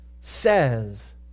says